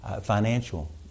financial